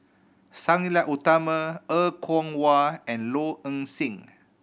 Sang Nila Utama Er Kwong Wah and Low Ing Sing